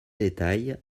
détails